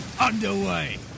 underway